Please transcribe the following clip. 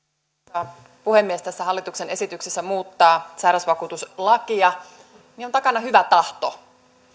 arvoisa puhemies tässä hallituksen esityksessä muuttaa sairausvakuutuslakia on takana hyvä tahto